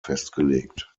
festgelegt